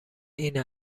این